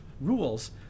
rules